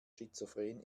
schizophren